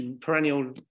perennial